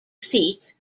seat